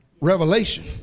revelation